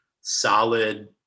solid